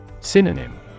Synonym